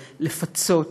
לפצות,